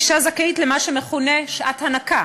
אישה זכאית למה שמכונה שעת הנקה,